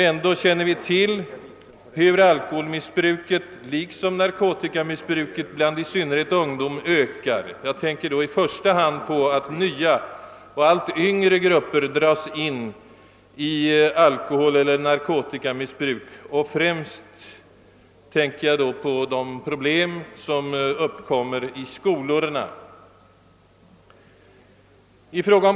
Ändå känner vi till hur alkoholmissbruket, liksom narkotikamissbruket, bland i synnerhet ungdomen ökar. Jag syftar i första hand på att nya och allt yngre grupper dras in i alkoholeller narkotikamissbruk, och allra främst tänker jag på de problem som t.ex. uppkommer i skolorna.